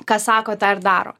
ką sako tą ir daro